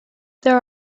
there